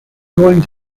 going